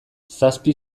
zazpi